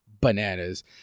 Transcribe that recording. bananas